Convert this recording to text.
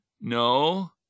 no